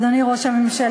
אדוני ראש הממשלה,